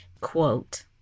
quote